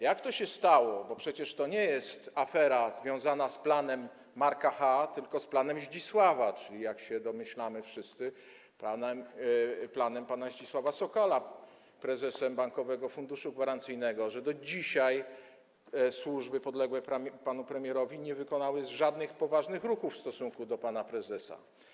Jak to się stało, bo przecież to nie jest afera związana z planem Marka Ch., tylko z planem Zdzisława, czyli, jak się domyślamy wszyscy, planem pana Zdzisława Sokala, prezesa Bankowego Funduszu Gwarancyjnego, że do dzisiaj służby podległe panu premierowi nie wykonały żadnych poważnych ruchów w stosunku do pana prezesa.